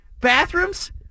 bathrooms